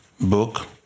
book